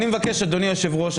אדוני היושב-ראש,